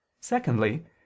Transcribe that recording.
Secondly